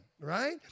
right